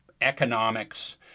economics